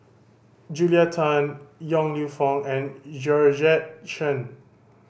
Julia Tan Yong Lew Foong and Georgette Chen